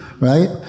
right